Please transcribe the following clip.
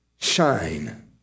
shine